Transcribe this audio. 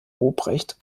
ruprecht